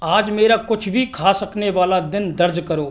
आज मेरा कुछ भी खा सकने वाला दिन दर्ज करो